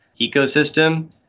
ecosystem